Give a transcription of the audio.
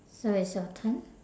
so it's your turn